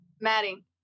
Maddie